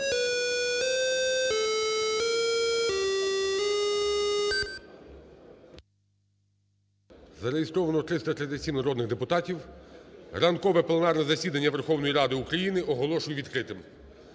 Зареєстровано 337 народних депутатів. Ранкове пленарне засідання Верховної Ради України оголошую відкритим.